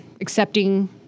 accepting